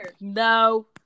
no